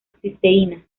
cisteína